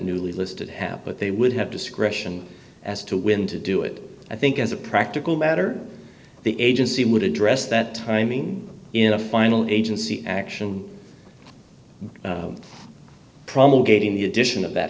newly listed have but they would have discretion as to when to do it i think as a practical matter the agency would address that timing in a final agency action promulgating the addition of that